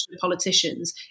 politicians